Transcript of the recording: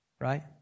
right